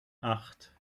acht